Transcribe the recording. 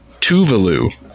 Tuvalu